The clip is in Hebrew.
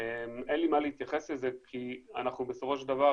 אין לי מה להתייחס לזה כי אנחנו בסופו של דבר